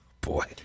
boy